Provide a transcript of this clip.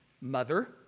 mother